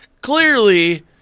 Clearly